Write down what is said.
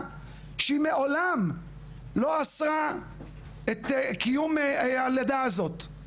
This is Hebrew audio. שהיא מעולם לא אסרה את קיום הלידה בשיטה הזאת.